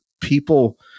people